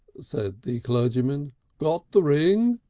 said the clergyman got the ring?